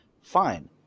fine